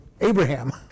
Abraham